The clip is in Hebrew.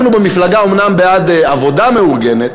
אנחנו במפלגה אומנם בעד עבודה מאורגנת,